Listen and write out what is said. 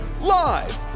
live